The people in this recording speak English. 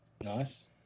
Nice